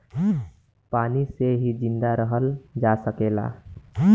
पानी से ही जिंदा रहल जा सकेला